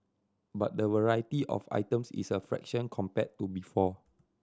but the variety of items is a fraction compared to before